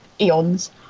eons